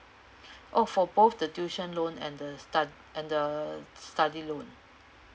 oh for both the tuition loan and the stud~ and the study loan